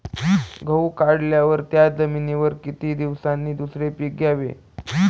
गहू काढल्यावर त्या जमिनीवर किती दिवसांनी दुसरे पीक घ्यावे?